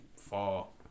fall